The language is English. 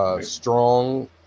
Strong